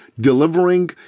delivering